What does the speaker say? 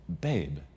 babe